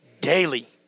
Daily